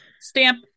stamp